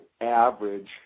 average